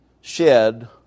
shed